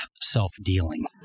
self-dealing